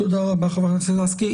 תודה רבה, חברת הכנסת לסקי.